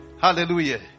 Hallelujah